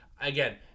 again